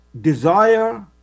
desire